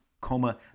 coma